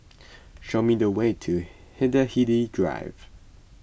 show me the way to Hindhede Drive